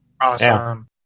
awesome